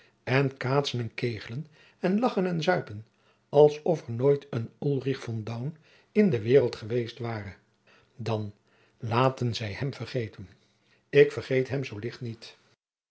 en kegelen en lagchen en zuipen als of er nooit een ulrich von daun in de waereld geweest ware dan laten zij hem vergeten ik vergeet hem zoo licht niet